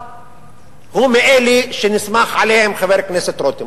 הוא מאלה שנסמך עליהם חבר הכנסת רותם.